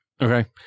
Okay